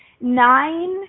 Nine